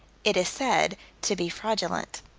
it is said to be fraudulent.